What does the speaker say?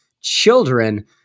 children